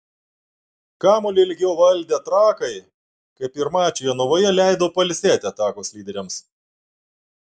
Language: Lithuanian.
kamuolį ilgiau valdę trakai kaip ir mače jonavoje leido pailsėti atakos lyderiams